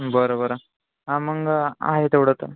बरं बरं हा मग आहे तेवढं तर